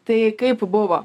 tai kaip buvo